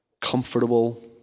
comfortable